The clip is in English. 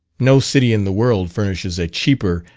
no city in the world furnishes a cheaper,